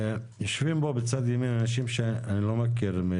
יושבים פה מצד ימין אנשים שאני לא מכיר.